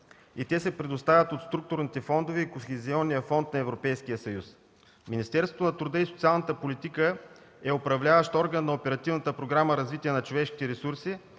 и те се предоставят от структурните фондове и Кохезионния фонд на Европейския съюз. Министерството на труда и социалната политика е управляващ орган на Оперативната програма